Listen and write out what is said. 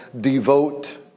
devote